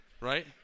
Right